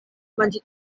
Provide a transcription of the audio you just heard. manĝi